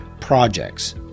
projects